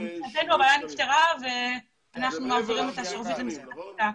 מבחינתנו הבעיה נפתרה ואנחנו מעבירים את השרביט למשרד הקליטה.